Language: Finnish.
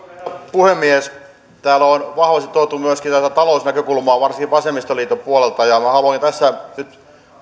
puhemies täällä on vahvasti tuotu myöskin tätä talousnäkökulmaa varsinkin vasemmistoliiton puolelta minä haluan tässä nyt